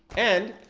and